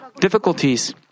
difficulties